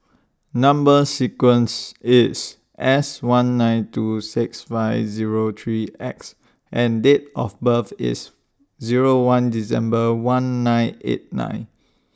Number sequence IS S one nine two six five Zero three X and Date of birth IS Zero one December one nine eight nine